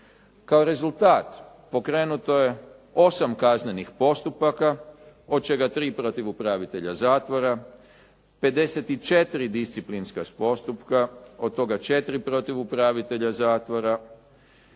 Kao rezultat pokrenuto je 8 kaznenih postupaka od čega 3 protiv upravitelja zatvora, 54 disciplinska postupka, od toga 4 protiv upravitelja zatvora